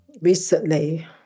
Recently